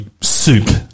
soup